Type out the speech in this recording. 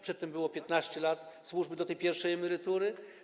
Przedtem to było 15 lat służby do tej pierwszej emerytury.